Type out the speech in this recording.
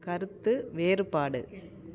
கருத்து வேறுபாடு